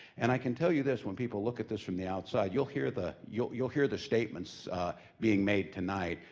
and i can tell you this, when people look at this from the outside, you'll hear the you'll you'll hear the statements ah being made tonight.